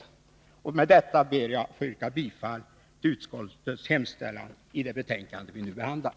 Med detta ber jag att få yrka bifall till utskottets hemställan i det betänkande vi nu behandlar.